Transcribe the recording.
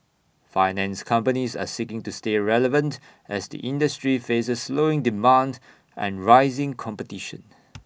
finance companies are seeking to stay relevant as the industry faces slowing demand and rising competition